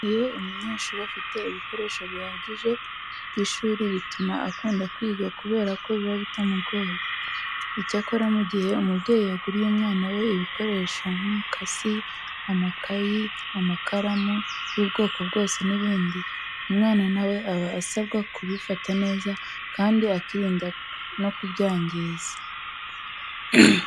Iyo umunyeshuri afite ibikoresho bihagije by'ishuri bituma akunda kwiga kubera ko biba bitamugoye. Icyakora mu gihe umubyeyi yaguriye umwana we ibikoresho nk'umukasi, amakayi, amakaramu y'ubwoko bwose n'ibindi, umwana na we aba asabwa kubifata neza kandi akirinda no kubyangiza.